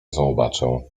zobaczę